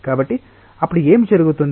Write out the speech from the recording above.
కాబట్టి అప్పుడు ఏమి జరుగుతుంది